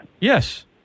Yes